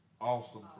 awesome